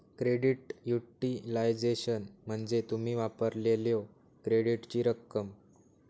credit utilisation म्हणजे तुम्ही वापरलेल्यो क्रेडिटची रक्कम